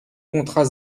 contrat